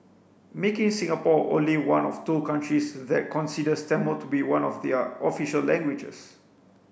making Singapore only one of two countries that considers Tamil to be one of their official languages